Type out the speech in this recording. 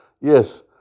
Yes